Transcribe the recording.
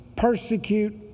persecute